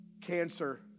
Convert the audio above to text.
cancer